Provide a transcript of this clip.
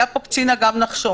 כשהיה פה קצין אג"ם נחשון.